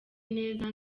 neza